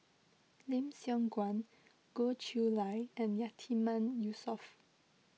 Lim Siong Guan Goh Chiew Lye and Yatiman Yusof